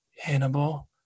Hannibal